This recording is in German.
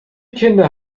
kinder